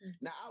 now